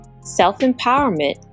self-empowerment